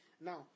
Now